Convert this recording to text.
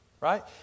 right